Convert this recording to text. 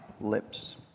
lips